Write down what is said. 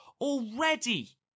already